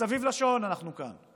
מסביב לשעון אנחנו כאן,